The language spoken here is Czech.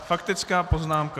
Faktická poznámka.